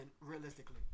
Realistically